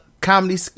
comedy